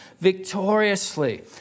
victoriously